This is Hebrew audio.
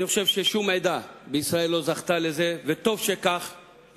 אני חושב ששום עדה בישראל לא זכתה לזה, וטוב שכך.